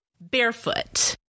barefoot